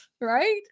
right